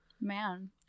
Man